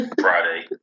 Friday